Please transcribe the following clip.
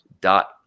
dot